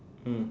mm